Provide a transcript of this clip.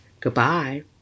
Goodbye